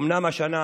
אומנם השנה